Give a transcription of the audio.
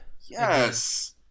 Yes